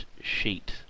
sheet